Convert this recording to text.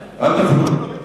באמת.